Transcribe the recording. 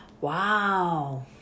Wow